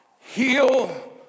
Heal